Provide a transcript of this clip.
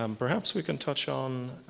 um perhaps we can touch um